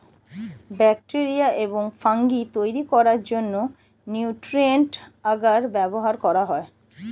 bacteria এবং fungi তৈরি করার জন্য নিউট্রিয়েন্ট আগার ব্যবহার করা হয়